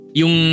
yung